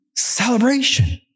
Celebration